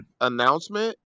announcement